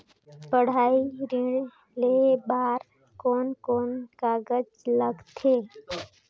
पढ़ाई ऋण लेहे बार कोन कोन कागज लगथे?